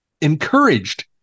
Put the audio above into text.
encouraged